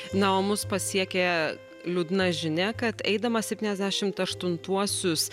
na o mus pasiekė liūdna žinia kad eidamas septyniasdešimt aštuntuosius